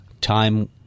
time